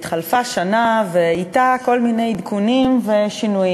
התחלפה שנה, ואתה כל מיני עדכונים ושינויים.